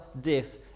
death